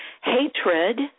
hatred